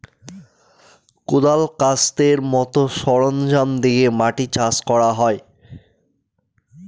কোঁদাল, কাস্তের মতো সরঞ্জাম দিয়ে মাটি চাষ করা হয়